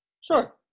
Sure